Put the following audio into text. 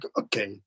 okay